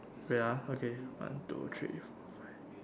wait ah okay one two three four five